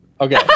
Okay